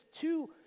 two